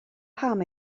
pam